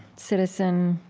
citizen,